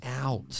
out